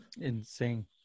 Insane